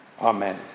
Amen